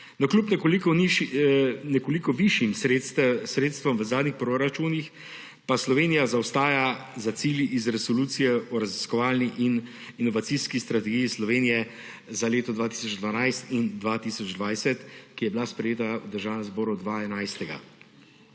Navkljub nekoliko višjim sredstvom v zadnjih proračunih pa Slovenija zaostaja za cilji iz Resolucije o raziskovalni in inovacijski strategiji Slovenije 2011–2020, ki je bila sprejeta v Državnem zboru 2011.